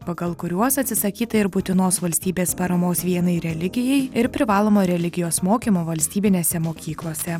pagal kuriuos atsisakyta ir būtinos valstybės paramos vienai religijai ir privalomo religijos mokymo valstybinėse mokyklose